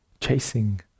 chasing